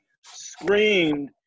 Screamed